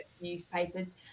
newspapers